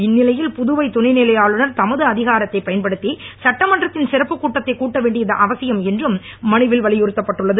இந்நிலையில் புதுவை துணைநிலை ஆளுநர் தமது அதிகாரத்தை பயன்படுத்தி சட்டமன்றத்தின் சிறப்புக் கூட்டத்தை கூட்ட வேண்டியது அவசியம் என்றும் மனுவில் வலியுறுத்தப்பட்டுள்ளது